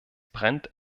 brennt